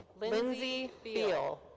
lindsey beale.